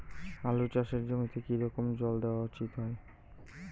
আলু চাষের জমিতে কি রকম জল দেওয়া উচিৎ?